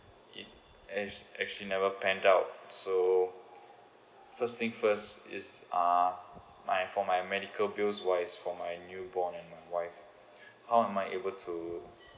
it act~ actually never plan out so first thing first is uh my for my medical bills wise for my newborn and my wife how am I able to